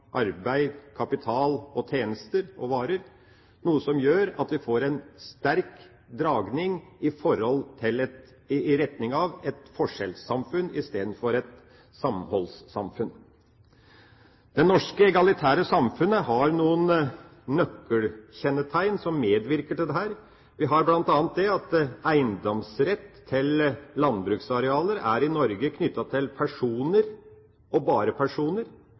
arbeid, kapital, varer og tjenester, noe som gjør at vi får en sterk dreining i retning av et forskjellssamfunn i stedet for et samholdssamfunn. Det norske egalitære samfunnet har noen nøkkelkjennetegn som medvirker til dette. Vi har bl.a. det at eiendomsrett til landbruksarealer i Norge er knyttet til personer og